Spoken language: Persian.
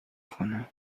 کنم